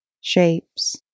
shapes